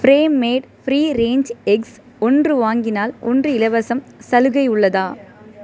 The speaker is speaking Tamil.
form made free range eggs ஒன்று வாங்கினால் ஒன்று இலவசம் சலுகை உள்ளதா